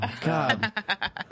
God